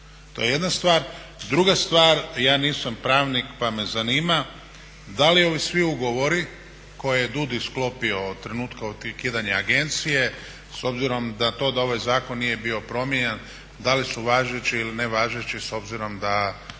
To je jedna stvar. Druga stvar, ja nisam pravnik pa me zanima da li svi ugovori koje je DUDI sklopio od trenutka ukidanja agencije s obzirom na to da ovaj zakon nije bio promijenjen, da li su važeći ili nevažeći s obzirom da